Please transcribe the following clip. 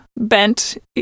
bent